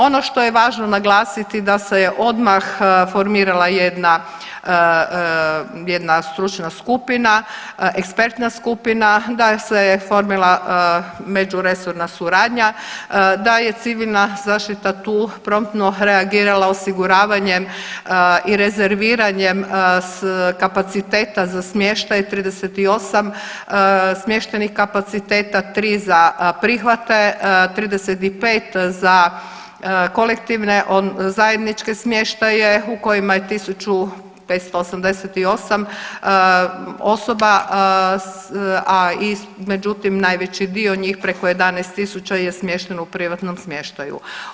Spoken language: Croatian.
Ono što je važno naglasiti da se je odmah formirala jedna stručna skupina, ekspertna skupina, da se je oformila međuresorna suradnja da je civilna zaštita tu promptno reagirala osiguravanjem i rezerviranjem kapaciteta za smještaj, 38 smještajnih kapaciteta, 3 za prihvate, 35 za kolektivne zajedničke smještaje u kojima je 1588 osoba, a međutim najveći dio njih preko 11 tisuća je smješteno u privatnom smještaju.